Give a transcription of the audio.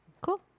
Cool